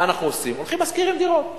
מה אנחנו עושים, הולכים שוכרים דירות.